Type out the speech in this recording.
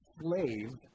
slaves